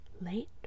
late